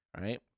right